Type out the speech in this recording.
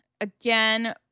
again